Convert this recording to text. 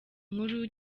nkuru